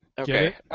Okay